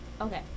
okay